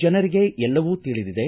ಜನರಿಗೆ ಎಲ್ಲವೂ ತಿಳಿದಿದೆ